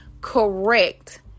correct